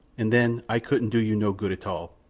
and then ay couldn't do you no good at all.